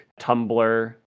Tumblr